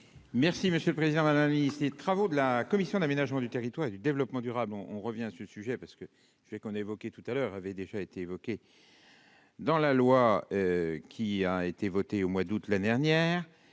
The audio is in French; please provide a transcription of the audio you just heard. Merci monsieur le président, mamie, ces travaux de la commission de l'aménagement du territoire et du développement durable, on on revient à ce sujet parce que. Je vais qu'on évoquait tout à l'heure, avait déjà été évoquée dans la loi qui a été voté au mois d'août l'année dernière